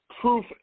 Proof